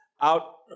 out